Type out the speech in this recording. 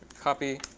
copy.